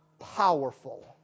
powerful